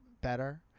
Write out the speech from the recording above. better